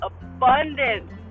abundance